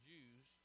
Jews